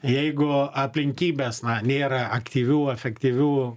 jeigu aplinkybės na nėra aktyvių efektyvių